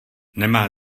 nemá